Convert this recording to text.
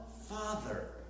Father